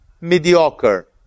mediocre